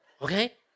okay